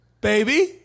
Baby